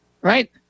right